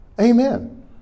Amen